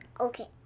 Okay